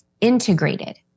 integrated